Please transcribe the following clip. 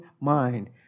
mind